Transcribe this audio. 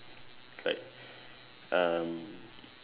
like um